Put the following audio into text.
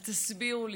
אז תסבירו לי,